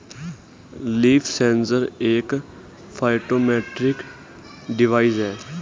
leaf sensor एक phytometric device है